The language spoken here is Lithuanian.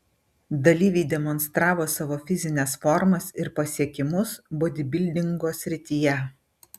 dalyviai demonstravo savo fizines formas ir pasiekimus bodybildingo srityje